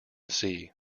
sea